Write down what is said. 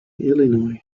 illinois